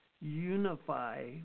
unify